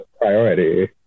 priority